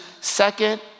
Second